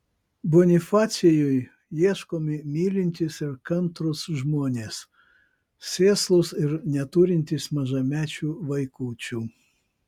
bonifacijui ieškomi mylintys ir kantrūs žmonės sėslūs ir neturintys mažamečių vaikučių